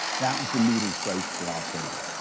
that was the meeting place for al-qaeda.